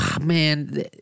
man